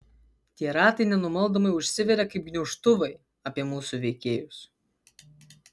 tie ratai nenumaldomai užsiveria kaip gniaužtuvai apie mūsų veikėjus